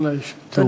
אולי יש תהודה.